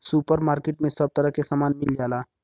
super market में सब तरह के सामान मिल जाला